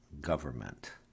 government